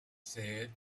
said